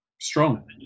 Strong